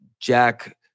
Jack